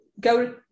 go